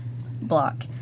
block